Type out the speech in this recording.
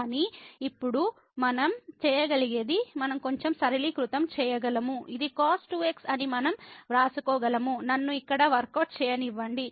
కానీ ఇప్పుడు మనం చేయగలిగేది మనం కొంచెం సరళీకృతం చేయగలము ఇది cos2x అని మనం వ్రాసుకోగలం నన్ను ఇక్కడ వర్కౌట్ చేయనివ్వండి